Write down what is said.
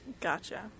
Gotcha